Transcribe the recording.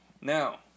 Now